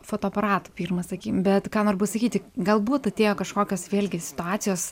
fotoaparatu pirmas sakykim bet ką noriu pasakyti galbūt atėjo kažkokios vėlgi situacijos